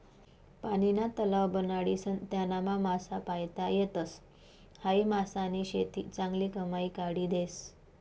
पानीना तलाव बनाडीसन त्यानामा मासा पायता येतस, हायी मासानी शेती चांगली कमाई काढी देस